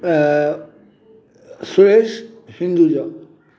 Suresh Hinduja